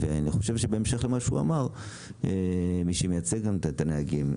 בהמשך למה שאמר מי שמייצג את הנהגים,